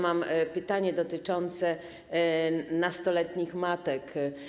Mam pytanie dotyczące nastoletnich matek.